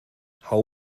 hau